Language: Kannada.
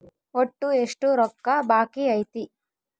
ಒಟ್ಟು ಎಷ್ಟು ರೊಕ್ಕ ಬಾಕಿ ಐತಿ?